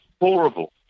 horrible